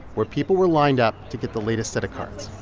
where people were lined up to get the latest set of cards